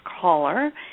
caller